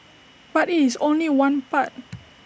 but IT is only one part